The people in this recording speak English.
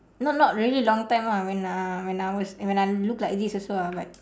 no not really long time ah when uh when I was when I look like this also ah but